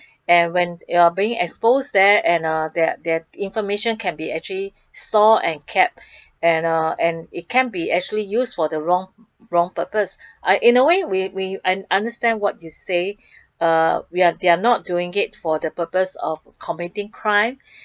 there when you're doing expose there and uh that that information can be actually stored and kept and uh and it can be actually used for the wrong wrong purpose I in a way we we and understand what you say uh we are they are not doing it for the purpose of committing crime